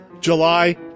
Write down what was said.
July